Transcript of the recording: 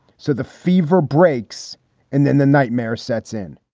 so the fever breaks and then the nightmare sets in